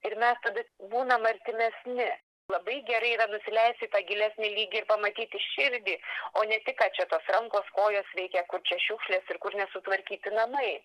ir mes tada būnam artimesni labai gerai yra nusileisti į tą gilesnį lygį ir pamatyti širdį o ne tik ką čia tos rankos kojos veikia kur čia šiukšlės ir kur nesutvarkyti namai